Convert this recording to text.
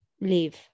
leave